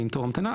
זה עם תור המתנה,